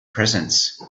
presence